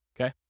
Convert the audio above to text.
okay